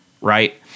Right